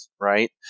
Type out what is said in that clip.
right